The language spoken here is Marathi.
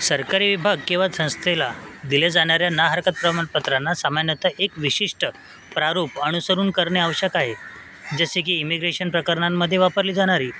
सरकारी विभाग किंवा संस्थेला दिल्या जाणाऱ्या ना हरकत प्रमाणपत्रांना सामान्यतः एक विशिष्ट प्रारूप अनुसरून करणे आवश्यक आहे जसे की इमिग्रेशन प्रकरणांमध्ये वापरली जाणारी